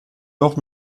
doch